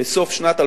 בסוף שנת 2010,